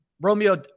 Romeo